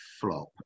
flop